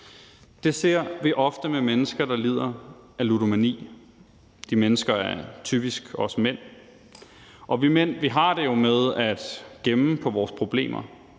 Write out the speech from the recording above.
Det ser vi ofte med mennesker, der lider af ludomani. De mennesker er typisk os mænd, og vi mænd har det jo med at gemme på vores problemer,